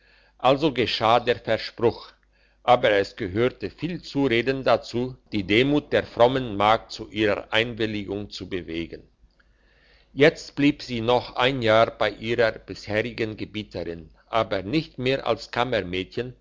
also geschah der verspruch aber es gehörte viel zureden dazu die demut der frommen magd zu ihrer einwilligung zu bewegen jetzt blieb sie noch ein jahr bei ihrer bisherigen gebieterin aber nicht mehr als